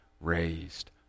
raised